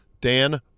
Dan